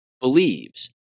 believes